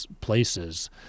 places